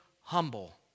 humble